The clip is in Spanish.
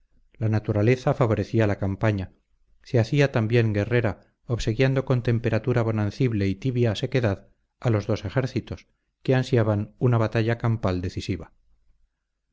la naturaleza favorecía la campaña se hacía también guerrera obsequiando con temperatura bonancible y tibia sequedad a los dos ejércitos que ansiaban una batalla campal decisiva